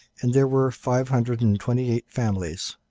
and there were five hundred and twenty eight families.